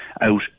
out